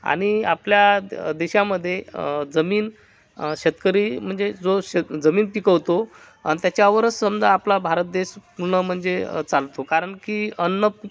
आणि आपल्या देशामध्ये जमीन शेतकरी म्हणजे जो शेत् जमीन पिकवतो अन् त्याच्यावरच समजा आपला भारत देश पूर्ण म्हणजे चालतो कारण की अन्न